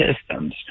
systems